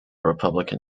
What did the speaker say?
republican